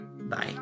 Bye